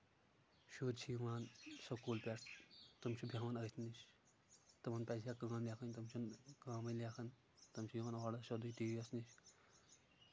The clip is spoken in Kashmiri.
شُرۍ چھِ یِوان سکوٗل پٮ۪ٹھ تِم چھِ بٮ۪ہوان أتھۍ نِش تِمن پَزِہا کٲم لیکھنۍ تِم چھِ نہٕ کٲمے لیکھان تم چھِ یِوان اورٕ سیٚودُے ٹی وی یس نِش